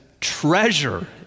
treasure